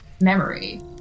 memory